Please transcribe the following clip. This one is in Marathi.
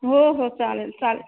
हो हो चालेल चालेल